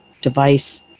device